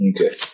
Okay